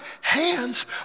hands